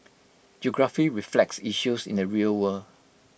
geography reflects issues in the real world